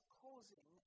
causing